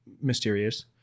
mysterious